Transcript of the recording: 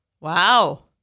wow